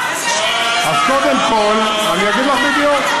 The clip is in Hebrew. אז קודם כול, אני אגיד לך בדיוק.